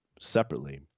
separately